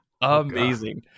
Amazing